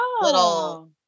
little